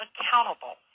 accountable